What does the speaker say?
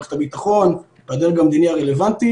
למערכת הביטחון והדרג המדיני הרלוונטי